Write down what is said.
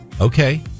Okay